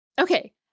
Okay